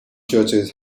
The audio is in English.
churches